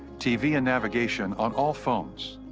tv and navigation on all phones.